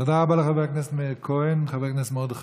תודה רבה לחבר הכנסת מאיר כהן.